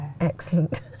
excellent